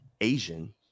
Asian